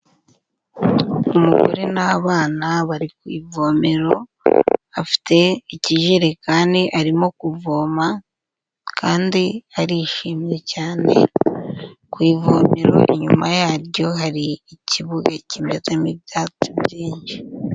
Umugore n'abana bari ku ivomero, afite ikijerekani arimo kuvoma kandi arishimye cyane, ku ivomero inyuma yaryo hari ikibuga kimezemo ibyatsi byinshi.